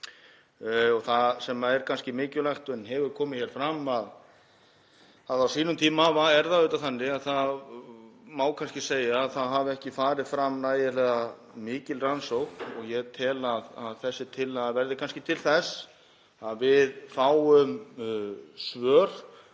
Það sem er kannski mikilvægt en hefur komið hér fram er að á sínum tíma var það auðvitað þannig að það má kannski segja að það hafi ekki farið fram nægilega mikil rannsókn. Ég tel að þessi tillaga verði kannski til þess að við fáum svör